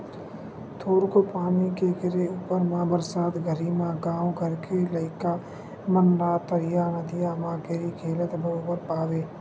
थोरको पानी के गिरे ऊपर म बरसात घरी म गाँव घर के लइका मन ला तरिया नदिया म गरी खेलत बरोबर पाबे